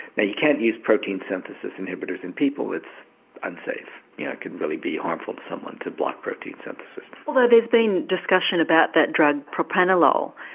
now you can't use protein synthesis inhibitors in people, it's unsafe, it yeah could really be harmful to someone to block protein synthesis. although there's been discussion about that drug propranolol,